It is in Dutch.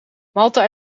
malta